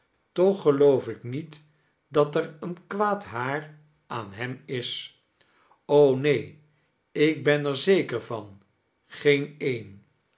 toch geloof ik niet dat er een kwaad haar aan hem is neen ik ben er zeker van geen een